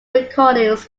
recordings